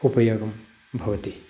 उपयोगं भवति